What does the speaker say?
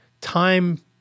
time